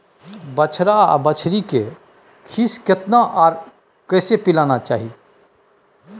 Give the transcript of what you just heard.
बछरा आर बछरी के खीस केतना आर कैसे पिलाना चाही?